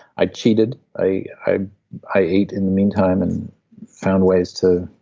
i cheated, i i ate in the meantime, and found ways to